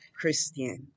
Christian